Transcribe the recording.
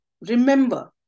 remember